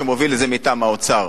שמוביל את זה מטעם האוצר,